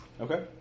Okay